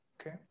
Okay